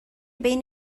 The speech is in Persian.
بین